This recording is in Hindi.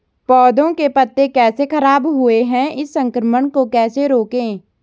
पौधों के पत्ते कैसे खराब हुए हैं इस संक्रमण को कैसे रोकें?